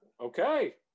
Okay